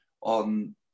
on